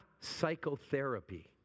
psychotherapy